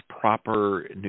proper